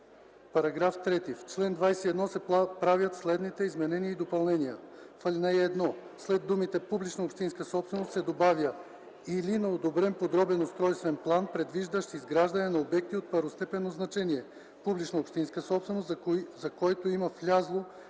§ 3: „§ 3. В чл. 21 се правят следните изменения и допълнения: 1. В ал. 1 след думите „публична общинска собственост” се добавя „или на одобрен подробен устройствен план, предвиждащ изграждане на обекти от първостепенно значение – публична общинска собственост, за който има влязло